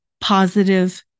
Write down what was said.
positive